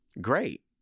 Great